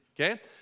Okay